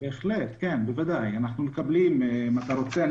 יש בהחלט.